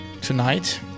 tonight